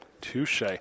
touche